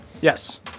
Yes